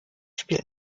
spielt